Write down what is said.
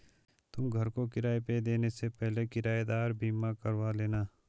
तुम घर को किराए पे देने से पहले किरायेदार बीमा करवा लेना